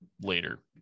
later